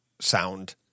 sound